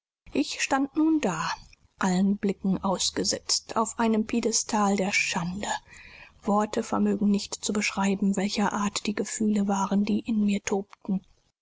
ich stand nun da allen blicken ausgesetzt auf einem piedestal der schande worte vermögen nicht zu beschreiben welcher art die gefühle waren die in mir tobten